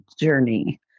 journey